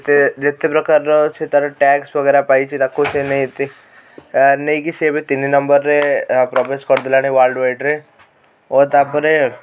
ଯେତେ ଯେତେ ପ୍ରକାରର ସେ ତାର ଟ୍ୟାକ୍ସ ବଗେରା ପାଇଛି ତାକୁ ସେ ନେଇକି ନେଇକି ସେ ଏବେ ତିନି ନମ୍ବରରେ ପ୍ରବେଶ କରିଦେଲାଣି ୱାର୍ଲଡ଼ ୱାଇଡ଼ ରେ ଓ ତା ପରେ